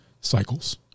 cycles